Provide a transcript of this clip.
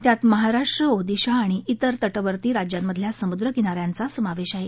त्यात महाराष्ट्र ओदिशा आणि इतर त विर्ती राज्यांमधल्या समुद्र किनाऱ्यांचा समावेश आहे